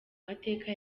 mateka